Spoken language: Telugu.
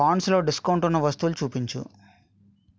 పాండ్స్లో డిస్కౌంట్ ఉన్న వస్తువులు చూపించు